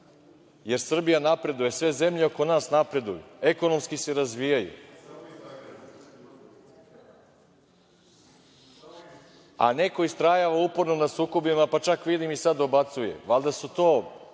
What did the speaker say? Jer, Srbija napreduje, sve zemlje oko nas napreduju, ekonomski se razvijaju, a neko istrajava uporno na sukobima, pa čak, vidim, i sad dobacuje. Valjda su to